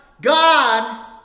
God